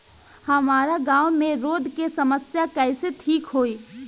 हमारा गाँव मे रोड के समस्या कइसे ठीक होई?